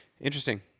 interesting